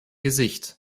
gesicht